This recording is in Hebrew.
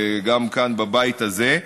וגם כאן בבית הזה,